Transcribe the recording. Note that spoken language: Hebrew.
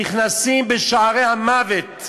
נכנסים בשערי המוות.